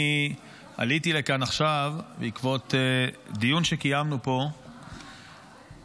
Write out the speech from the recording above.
אני עליתי לכאן עכשיו בעקבות דיון שקיימנו פה אתמול.